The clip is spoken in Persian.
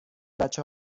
بچه